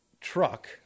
truck